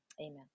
Amen